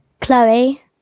Chloe